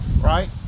Right